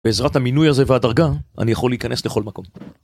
בעזרת המינוי הזה והדרגה, אני יכול להיכנס לכל מקום.